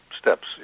steps